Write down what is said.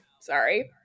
Sorry